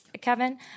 Kevin